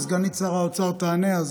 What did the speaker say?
וסגנית שר האוצר תענה,